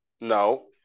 no